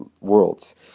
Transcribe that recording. worlds